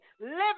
living